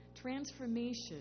Transformation